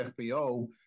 FBO